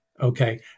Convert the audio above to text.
Okay